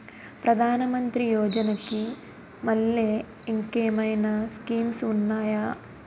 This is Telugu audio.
ప్రధాన మంత్రి యోజన కి మల్లె ఇంకేమైనా స్కీమ్స్ ఉన్నాయా?